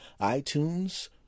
iTunes